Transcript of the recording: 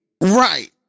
right